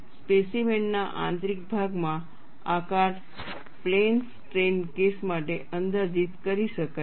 સ્પેસીમેનના આંતરિક ભાગમાં આકાર પ્લેન સ્ટ્રેઇન કેસ માટે અંદાજિત કરી શકાય છે